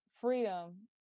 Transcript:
freedom